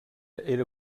era